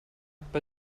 bei